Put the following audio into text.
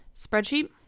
spreadsheet